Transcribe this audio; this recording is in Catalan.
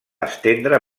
estendre